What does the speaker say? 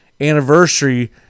anniversary